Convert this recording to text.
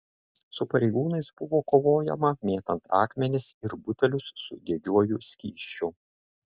su pareigūnais buvo kovojama mėtant akmenis ir butelius su degiuoju skysčiu